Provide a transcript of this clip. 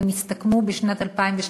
והם הסתכמו בשנת 2012,